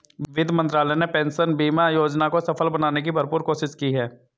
वित्त मंत्रालय ने पेंशन बीमा योजना को सफल बनाने की भरपूर कोशिश की है